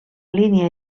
línia